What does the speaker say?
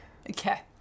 Okay